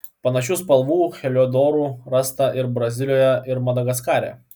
panašių spalvų heliodorų rasta ir brazilijoje ir madagaskare